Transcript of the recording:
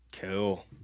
Cool